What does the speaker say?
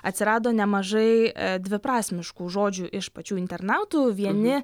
atsirado nemažai dviprasmiškų žodžių iš pačių internautų vieni